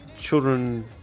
children